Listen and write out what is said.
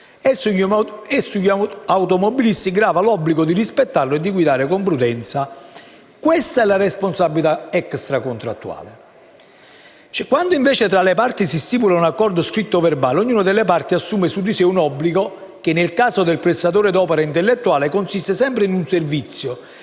e sugli automobilisti grava l'obbligo di rispettarlo e di guidare con prudenza. Questa è la responsabilità extracontrattuale. Quando, invece, tra le parti si stipula un accordo, scritto o verbale, ognuna delle parti assume su di sé un obbligo che, nel caso del prestatore d'opera intellettuale consiste sempre in un servizio